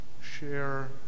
share